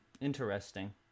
interesting